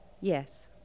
Yes